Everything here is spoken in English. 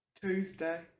Tuesday